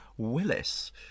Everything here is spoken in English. Willis